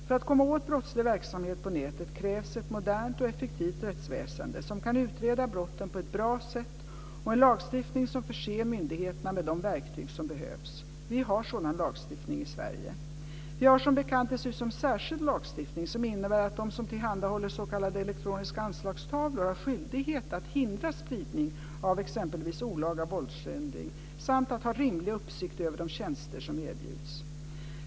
För att komma åt brottslig verksamhet på nätet krävs ett modernt och effektivt rättsväsende, som kan utreda brotten på ett bra sätt, och en lagstiftning som förser myndigheterna med de verktyg som behövs. Vi har sådan lagstiftning i Sverige. Vi har som bekant dessutom särskild lagstiftning som innebär att de som tillhandahåller s.k. elektroniska anslagstavlor har skyldighet att hindra spridning av exempelvis olaga våldsskildring samt att ha rimlig uppsikt över de tjänster som erbjuds.